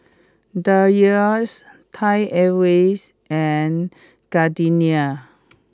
Dreyers Thai Airways and Gardenia